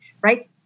right